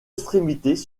extrémités